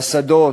לשדות,